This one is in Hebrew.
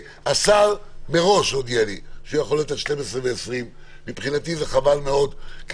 השר הודיע לי מראש שהוא יכול להיות עד 12:20. מבחינתי חבל מאוד כי